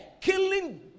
killing